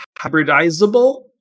hybridizable